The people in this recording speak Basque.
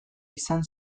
izan